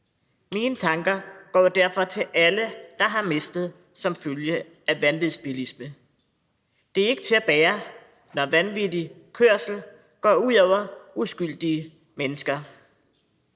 Mine tanker går derfor til alle, der har mistet som følge af vanvidsbilisme. Det er ikke til at bære, når vanvittig kørsel går ud over uskyldige mennesker.